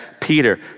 Peter